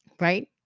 Right